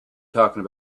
talking